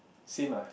same ah